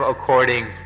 according